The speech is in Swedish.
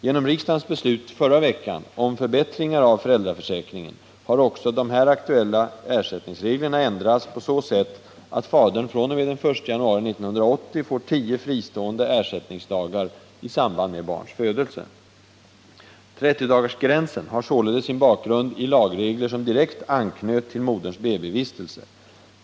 Genom riksdagens beslut förra veckan om förbättringar av föräldraförsäkringen har också de här aktuella ersättningsreglerna ändrats på så sätt att fadern fr.o.m. den 1 januari 1980 får tio fristående ersättningsdagar i samband med barns födelse. Trettiodagarsgränsen har således sin bakgrund i lagregler som direkt anknöt till moderns BB-vistelse.